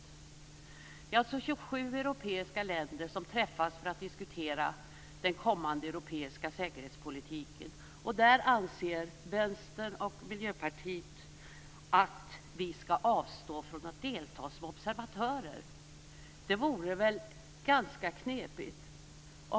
Det var alltså 27 europeiska länder som träffades för att diskutera den kommande europeiska säkerhetspolitiken. Vänstern och Miljöpartiet anser att vi skall avstå från att delta som observatörer där. Det vore väl ganska knepigt.